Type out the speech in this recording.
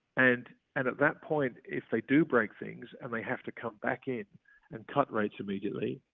and and at that point, if they do break things and they have to come back in and cut rates immediately,